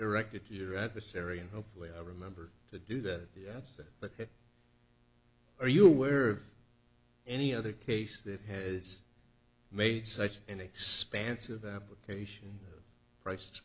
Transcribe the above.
directed to your adversary and hopefully i'll remember to do that yes but are you aware of any other case that has made such an expansive application price